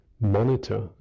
monitor